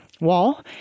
wall